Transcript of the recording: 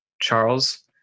Charles